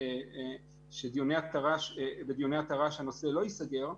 שבדיוני התר"ש הנושא לא ייסגר,